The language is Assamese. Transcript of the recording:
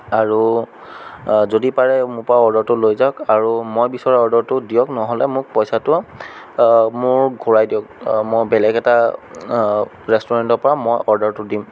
আৰু যদি পাৰে মোৰপৰা অৰ্ডাৰটো লৈ যাওক আৰু মই বিচৰা অৰ্ডাৰটো দিয়ক নহ'লে মোক পইচাটো মোক ঘূৰাই দিয়ক মই বেলেগ এটা ৰেষ্টুৰেণ্টৰপৰা মই অৰ্ডাৰটো দিম